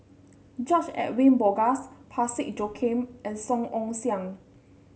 George Edwin Bogaars Parsick Joaquim and Song Ong Siang